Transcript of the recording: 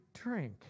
drink